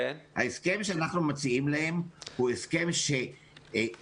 ההסכם שאנחנו מציעים להם הוא הסכם שתהיה